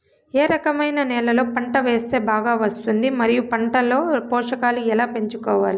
ఏ రకమైన నేలలో పంట వేస్తే బాగా వస్తుంది? మరియు పంట లో పోషకాలు ఎలా పెంచుకోవాలి?